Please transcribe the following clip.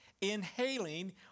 inhaling